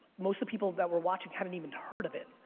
most of the people that were watching haven't even heard of it.